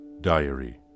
Diary